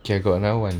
okay I got another one